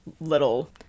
little